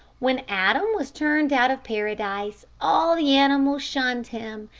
when adam was turned out of paradise, all the animals shunned him,